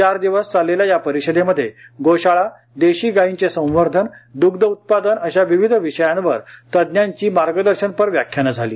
चार दिवस चाललेल्या या परिषदेमध्ये गोशाळा देशी गायींचे संवर्धन दुग्ध उत्पादन अशा विविध विषयांवर तज्ञांची मार्गदर्शनपर व्याख्यानं झाली